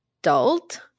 adult